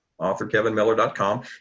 authorkevinmiller.com